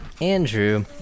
Andrew